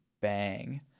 bang